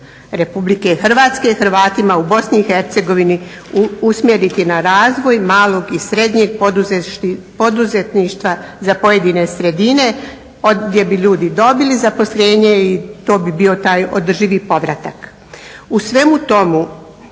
pomoć RH Hrvatima u BiH usmjeriti na razvoj malog i srednjeg poduzetništva za pojedine sredine gdje bi ljudi dobili zaposlenje i to bi bio taj održivi povratak. U svemu tome